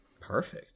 perfect